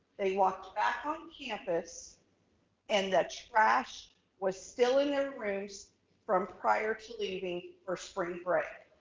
they walked back on campus and the trash was still in their rooms from prior to leaving for spring break.